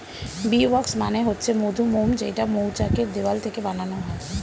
bee wax মানে হচ্ছে মধুমোম যেইটা মৌচাক এর দেওয়াল থেকে বানানো হয়